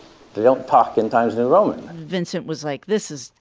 they don't talk in times their own vincent was like this is.